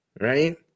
right